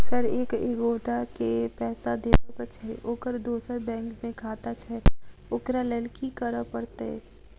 Sir एक एगोटा केँ पैसा देबाक छैय ओकर दोसर बैंक मे खाता छैय ओकरा लैल की करपरतैय?